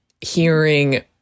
hearing